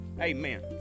Amen